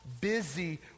busy